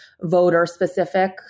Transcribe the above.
voter-specific